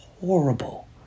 horrible